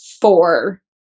four